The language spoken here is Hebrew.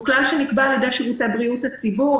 הוא כלל שנקבע על ידי שירותי בריאות הציבור.